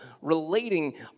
relating